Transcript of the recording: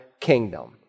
kingdom